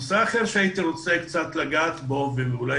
נושא אחר שהייתי רוצה קצת לגעת בו ואולי